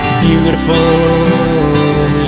beautiful